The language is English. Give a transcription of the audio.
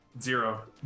zero